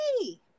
Hey